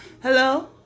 hello